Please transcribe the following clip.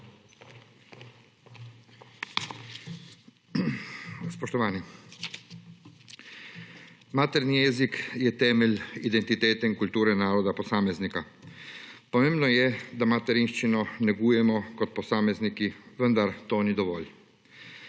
Spoštovani. Materni jezik je temelj identitete in kulture naroda, posameznika. Pomembno je, da materinščino negujemo kot posamezniki, vendar to ni dovolj.